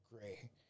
gray